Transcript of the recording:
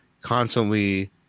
constantly